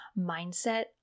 mindset